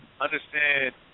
Understand